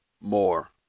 more